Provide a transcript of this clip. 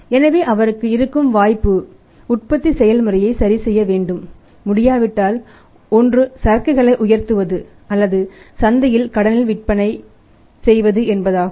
எனவே அவருக்கு இருக்கும் வாய்ப்பு உற்பத்தி செயல்முறையை சரி செய்ய வேண்டும் முடியாவிட்டால் ஒன்று சரக்குகளை உயர்த்துவது அல்லது சந்தையில் கடனில் விற்பது என்பதாகும்